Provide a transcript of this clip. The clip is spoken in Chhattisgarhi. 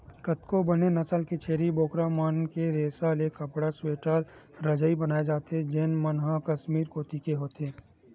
कतको बने नसल के छेरी बोकरा मन के रेसा ले कपड़ा, स्वेटर, रजई बनाए जाथे जेन मन ह कस्मीर कोती के होथे